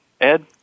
Ed